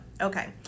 okay